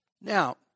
Now